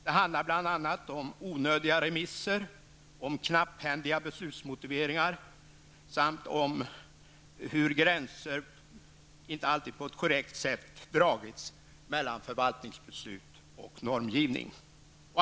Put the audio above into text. Det handlar bl.a. om onödiga remisser, om knapphändiga beslutsmotiveringar samt om hur gränser inte alltid dragits på ett korrekt sätt mellan förvaltningsbeslut och normgivning.